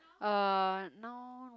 uh now